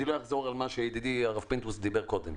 אני לא אחזור על מה שידידי הרב פינדרוס דיבר קודם.